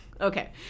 Okay